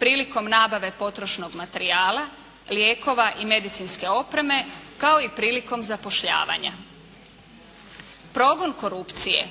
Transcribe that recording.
prilikom nabave potrošnog materijala, lijekova i medicinske opreme, kao i prilikom zapošljavanja. Progon korupcije